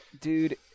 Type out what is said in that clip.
Dude